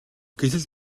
гэтэл